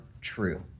true